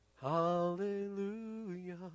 Hallelujah